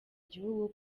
gihugu